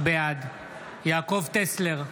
בעד יעקב טסלר,